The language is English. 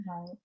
Right